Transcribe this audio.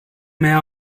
mehr